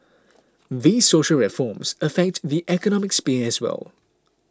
these social reforms affect the economic sphere as well